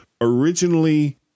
Originally